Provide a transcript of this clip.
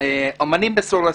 אמנים מסורסים,